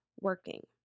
working